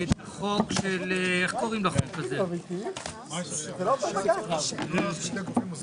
הישיבה ננעלה בשעה 15:16.